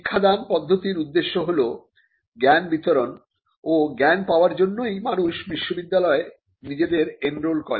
শিক্ষাদান পদ্ধতির উদ্দেশ্য হল জ্ঞান বিতরণ ও জ্ঞান পাওয়ার জন্যই মানুষ বিশ্ববিদ্যালয়ে নিজেদের এনরোল করে